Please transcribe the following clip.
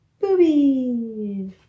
Boobies